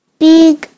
big